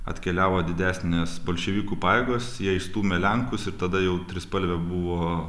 atkeliavo didesnės bolševikų pajėgos jie išstūmė lenkus ir tada jau trispalvė buvo